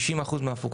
60% מהם,